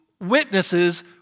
witnesses